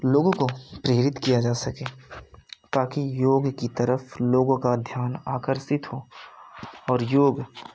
लोगों को प्रेरित किया जा सके ताकि योग की तरफ लोगों का ध्यान आकर्षित हो और योग